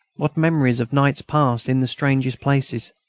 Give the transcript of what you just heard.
what memories of nights passed in the strangest places,